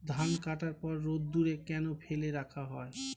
ধান কাটার পর রোদ্দুরে কেন ফেলে রাখা হয়?